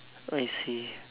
I see